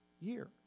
year